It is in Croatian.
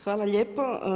Hvala lijepa.